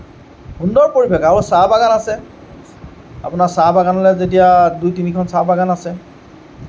সুন্দৰ পৰিৱেশ আৰু চাহ বাগান আছে আপোনাৰ চাহ বাগানলৈ যেতিয়া দুই তিনিখন চাহ বাগান আছে